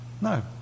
No